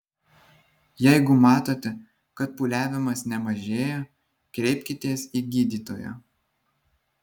jeigu matote kad pūliavimas nemažėja kreipkitės į gydytoją